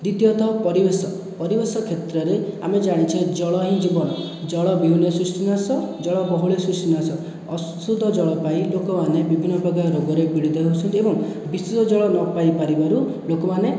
ଦ୍ଵିତୀୟତଃ ପରିବେଶ ପରିବେଶ କ୍ଷେତ୍ରରେ ଆମେ ଜାଣିଛେ ଜଳ ହିଁ ଜୀବନ ଜଳ ବିହୁନେ ସୃଷ୍ଟି ନାଶ ଜଳ ବହୁଳେ ସୃଷ୍ଟି ନାଶ ଅଶୁଦ୍ଧ ଜଳ ପାଇ ଲୋକମାନେ ବିଭିନ୍ନ ପ୍ରକାର ରୋଗରେ ପୀଡ଼ିତ ହେଉଛନ୍ତି ଏବଂ ବିଶୁଦ୍ଧ ଜଳ ନ ପାଇ ପାରିବାର ଲୋକମାନେ